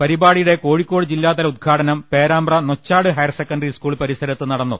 പരിപാടിയുടെ കോഴിക്കോട് ജില്ലാതല ഉദ്ഘാടനം Perambra Nochad higher secondary school പരിസരത്ത് നടന്നു